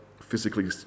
physically